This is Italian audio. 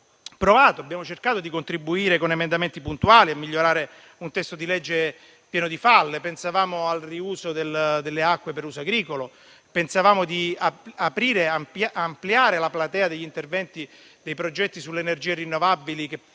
avevamo cercato di contribuire con emendamenti puntuali a migliorare un testo di legge pieno di falle. Pensavamo al riuso delle acque per uso agricolo, pensavamo di ampliare la platea degli interventi e dei progetti sulle energie rinnovabili che potessero utilizzare